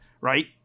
right